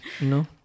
No